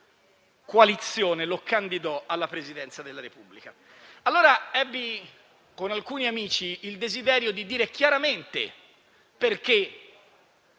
coalizione lo candidò alla Presidenza della Repubblica. Allora ebbi con alcuni amici il desiderio di dire chiaramente perché